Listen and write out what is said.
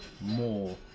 more